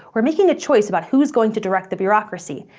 we're making a choice about who's going to direct the bureaucracy,